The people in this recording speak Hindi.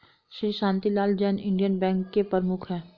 श्री शांतिलाल जैन इंडियन बैंक के प्रमुख है